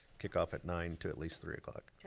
kickoff at nine to at least three o'clock. okay,